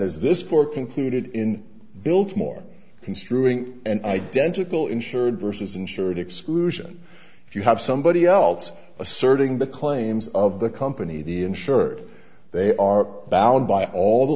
there's this four concluded in biltmore construing and identical insured vs insured exclusion if you have somebody else asserting the claims of the company the insurer they are bound by all the